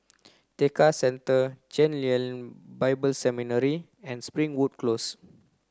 Tekka Centre Chen Lien Bible Seminary and Springwood Close